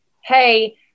hey